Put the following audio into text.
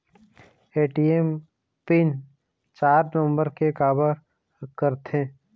ATM PIN चार number के काबर करथे?